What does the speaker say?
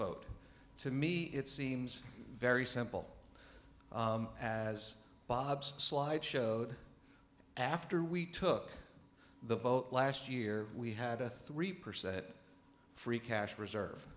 vote to me it seems very simple as bob's slide showed after we took the vote last year we had a three percent free cash reserve